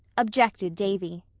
objected davy.